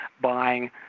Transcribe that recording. buying